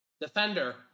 Defender